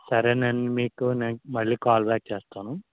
సరేనండి మీకు మళ్ళీ కాల్ బ్యాక్ చేస్తాను